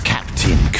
Captain